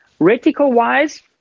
Reticle-wise